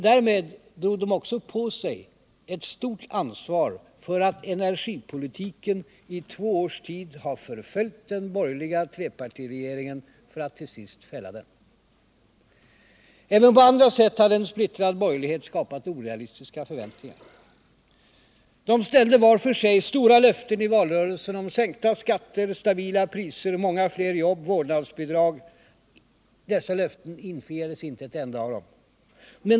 Därmed drog de också på sig ett stort ansvar för att energipolitiken i två års tid har förföljt den borgerliga trepartiregeringen för att till sist fälla den. Även på andra sätt hade en splittrad borgerlighet skapat orealistiska förväntningar. De borgerliga partierna ställde var för sig ut stora löften i valrörelsen om sänkta skatter, stabila priser, många fler jobb, vårdnadsbidrag osv. Av dessa löften infriades inte ett enda.